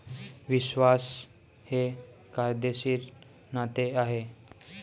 विश्वास हे कायदेशीर नाते आहे